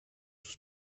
sus